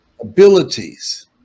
abilities